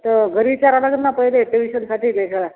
तर घरी विचारावं लागेल ना पहिले ट्युशनसाठी वेगळा